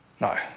no